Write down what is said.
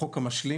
החוק המשלים